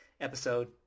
episode